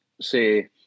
say